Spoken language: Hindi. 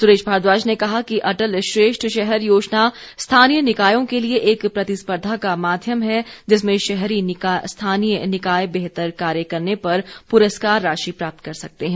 सुरेश भारद्वाज ने कहा कि अटल श्रेष्ठ शहर योजना स्थानीय निकायों के लिए एक प्रतिस्पर्धा का माध्यम है जिसमे शहरी स्थानीय निकाय बेहतर कार्य करने पर पुरस्कार राशि प्राप्त कर सकते हैं